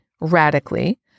radically